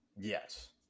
Yes